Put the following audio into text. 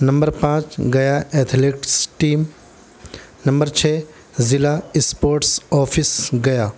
number پانچ گیا athletics team number چھ ضلع اسپورٹس آفس گیا